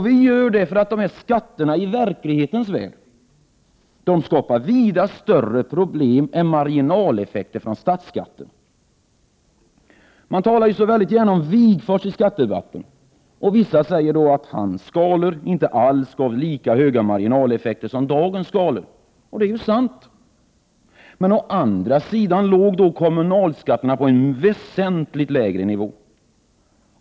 Vi gör det för att dessa i verklighetens värld skapar vida större problem än marginaleffekter från statsskatten. Man talar gärna om Wigforss i skattedebatten, och vissa säger att hans skalor inte alls gav lika höga marginaleffeker som dagens skalor. Det är sant. Å andra sidan låg kommunalskatterna då på en väsentligt lägre nivå.